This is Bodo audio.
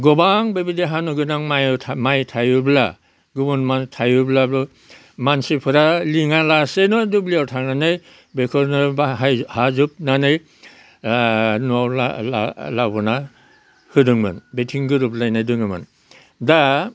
गोबां बेबायदि हानो गोनां माइयाव माइ थायोब्ला गुबुन माइ थायोब्लाबो मानसिफोरा लिङालासिनो दुब्लियाव थांनानै बेखौनो बाहाय हाजोबनानै न'आव लाबोना होदोंमोन बेथिं गोरोबलायनाय दोङोमोन दा